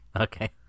Okay